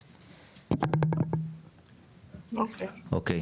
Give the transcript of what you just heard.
אוקיי.